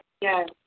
Yes